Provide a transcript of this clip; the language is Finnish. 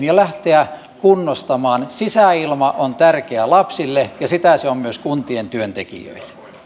ja lähteä kunnostamaan sisäilma on tärkeää lapsille ja sitä se on myös kuntien työntekijöille